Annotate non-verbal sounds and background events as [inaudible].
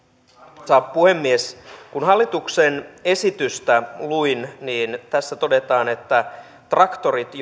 arvoisa puhemies kun hallituksen esitystä luin niin tässä todetaan että traktorit [unintelligible]